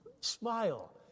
smile